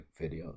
videos